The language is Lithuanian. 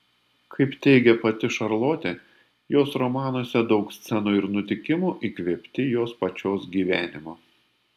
kaip teigė pati šarlotė jos romanuose daug scenų ir nutikimų įkvėpti jos pačios gyvenimo